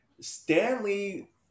Stanley